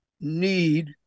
need